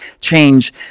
change